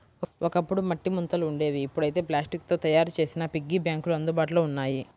ఒకప్పుడు మట్టి ముంతలు ఉండేవి ఇప్పుడైతే ప్లాస్టిక్ తో తయ్యారు చేసిన పిగ్గీ బ్యాంకులు అందుబాటులో ఉన్నాయి